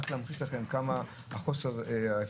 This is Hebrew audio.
רק להמחיש לכם כמה חוסר האפקטיביות.